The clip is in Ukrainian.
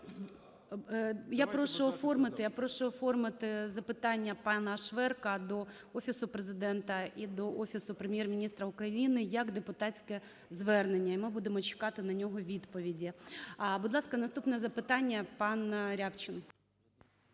Я прошу оформити запитання пана Шверка до Офісу Президента і до Офісу Прем'єр-міністра України як депутатське звернення. І ми будемо чекати на нього відповіді. Будь ласка, наступне запитання, пан Рябчин.